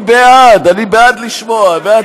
אני בעד, אני בעד לשמוע.